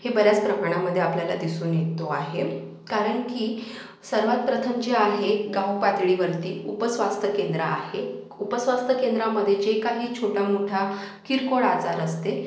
हे बऱ्याच प्रमाणामध्ये आपल्याला दिसून येतो आहे कारण की सर्वात प्रथम जे आहे गाव पातळीवरती उप स्वास्थ्य केंद्र आहे उप स्वास्थ्य केंद्रामध्ये जे काही छोटा मोठा किरकोळ आजार असते